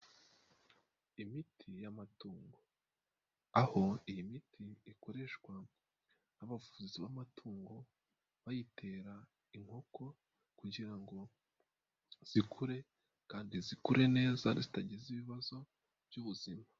Imiti y'amatungo aho iyi miti ikoreshwa abavuzi b'amatungo bayitera inkoko, kugira ngo zikure kandi zikure neza zitagize ibibazo by'ubuzima.